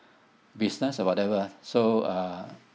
business or whatever so uh